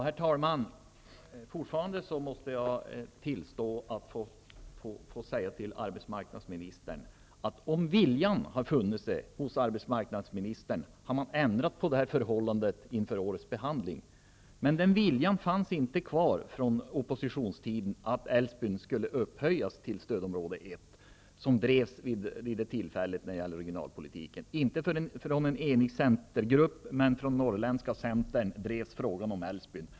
Herr talman! Jag måste säga till arbetsmarknadsministern att om viljan hade funnits hos honom hade detta förhållande ändrats inför årets behandling. Men viljan från oppositionstiden att Älvsbyn skulle upphöjas till stödområde 1 fanns inte kvar. Denna fråga om Älvsbyn inom regionalpolitiken drevs då, inte från en enig centergrupp utan från norrländska Centern.